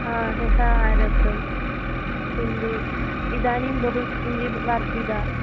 ह्यः आरब्धं किन्तु इदानीं बहु किञ्चित् वर्धिता